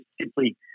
simply